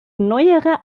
neuere